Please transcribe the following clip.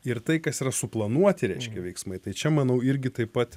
ir tai kas yra suplanuoti reiškia veiksmai tai čia manau irgi taip pat